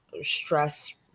stress